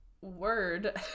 word